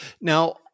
Now